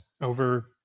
over